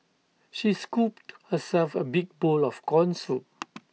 she scooped herself A big bowl of Corn Soup